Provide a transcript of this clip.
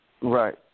Right